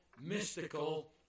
mystical